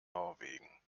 norwegen